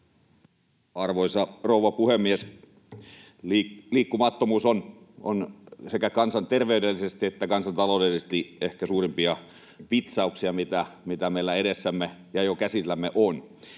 Arvoisa rouva puhemies! Liikkumattomuus on sekä kansanterveydellisesti että kansantaloudellisesti ehkä suurimpia vitsauksia, mitä meillä edessämme ja jo käsillämme on.